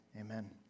Amen